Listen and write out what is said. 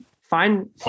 find